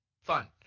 fun